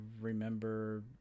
remember